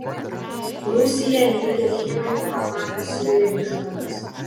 rusija neigia cheminių atakų sirijoje išvadas